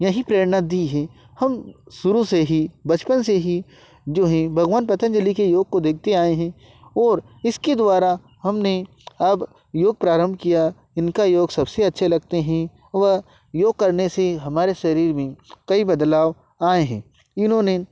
यहीं प्रेरणा दी है हम शुरू से ही बचपन से ही जो है भगवान पतंजलि के योग को देखते आए हैं और इसके द्वारा हमने अब योग प्रारम्भ किया इनका योग सबसे अच्छे लगते हैं व योग करने से हमारे शरीर में कई बदलाव आए हैं इन्होंने